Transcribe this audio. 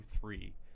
three